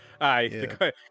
aye